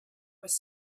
was